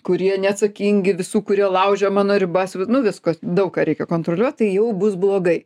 kurie neatsakingi visų kurie laužė mano ribas nu visko daug ką reikia kontroliuot tai jau bus blogai